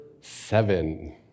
seven